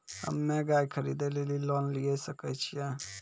हम्मे गाय खरीदे लेली लोन लिये सकय छियै?